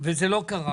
אבל זה לא קרה.